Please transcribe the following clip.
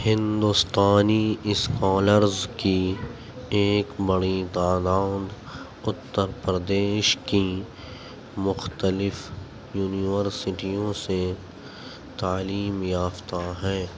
ہندوستانی اسکالرز کی ایک بڑی تعداد اتر پردیش کی مختلف یونیورسٹیوں سے تعلیم یافتہ ہے